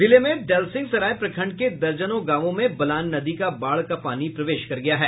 जिले में दलसिंहसराय प्रखंड के दर्जनों गांवों में बलान नदी का बाढ़ का पानी प्रवेश कर गया है